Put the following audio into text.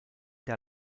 der